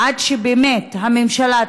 עד שבאמת הממשלה תתעורר,